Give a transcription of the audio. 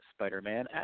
Spider-Man